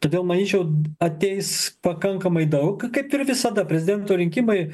todėl manyčiau ateis pakankamai daug kaip ir visada prezidento rinkimai